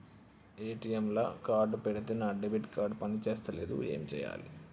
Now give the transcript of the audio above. ATM లా card పెడితే నా డెబిట్ కార్డ్ పని చేస్తలేదు ఏం చేయాలే?